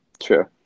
True